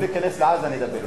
שיאפשרו להיכנס לעזה, נדבר אתם.